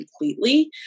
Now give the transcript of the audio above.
completely